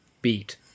beat